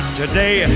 today